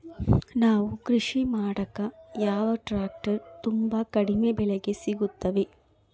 ನಮಗೆ ಕೃಷಿ ಮಾಡಾಕ ಯಾವ ಟ್ರ್ಯಾಕ್ಟರ್ ತುಂಬಾ ಕಡಿಮೆ ಬೆಲೆಗೆ ಸಿಗುತ್ತವೆ?